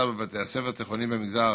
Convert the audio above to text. שנעשתה בבתי הספר התיכוניים במגזר הערבי,